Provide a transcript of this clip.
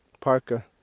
parka